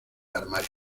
armario